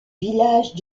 village